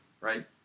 right